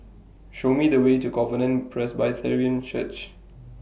Show Me The Way to Covenant Presbyterian Church